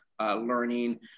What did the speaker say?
learning